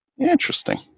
Interesting